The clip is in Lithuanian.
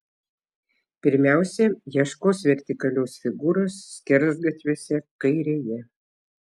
pirmiausia ieškos vertikalios figūros skersgatviuose kairėje